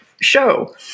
show